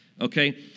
Okay